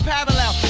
Parallel